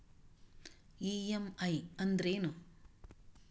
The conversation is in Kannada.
ಇ.ಎಂ.ಐ ಅಂದ್ರೇನು?